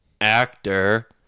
actor